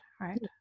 right